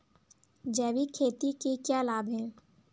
जैविक खेती के क्या लाभ हैं?